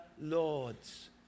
lords